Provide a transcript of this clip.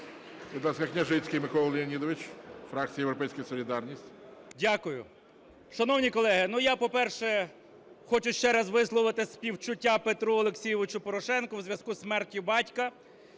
Дякую. Шановні колеги! Ну, я по-перше, хочу ще раз висловити співчуття Петру Олексійовичу Порошенку у зв'язку зі смертю батька,